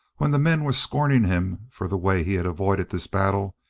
when the men were scorning him for the way he had avoided this battle,